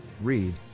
Read